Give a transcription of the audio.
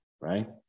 right